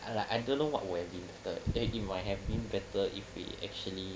like I don't know what would have been better it might have been better if we actually